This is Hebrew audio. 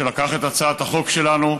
שלקח את הצעת החוק שלנו,